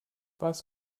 was